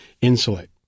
insulate